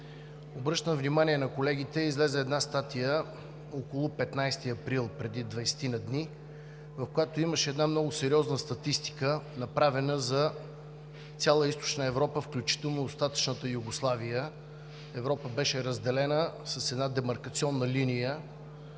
Обръщам внимание на колегите – излезе една статия около 15 април, преди двадесетина дни, в която имаше една много сериозна статистика, направена за цяла Източна Европа, включително остатъчната Югославия. Европа беше разделена с една демаркационна линия